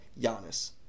Giannis